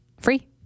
Free